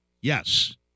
yes